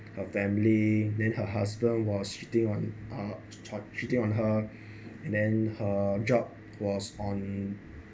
her family then her husband was cheating on uh cheating on her and then her job was on